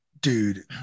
dude